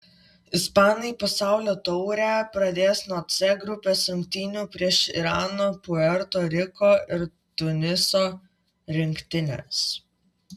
ispanai pasaulio taurę pradės nuo c grupės rungtynių prieš irano puerto riko ir tuniso rinktines